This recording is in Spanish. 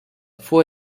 fue